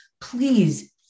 please